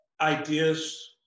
ideas